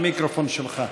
המיקרופון שלך.